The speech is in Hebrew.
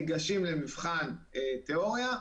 ניגשים למבחן תיאוריה,